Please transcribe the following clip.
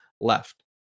left